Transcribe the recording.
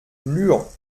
luant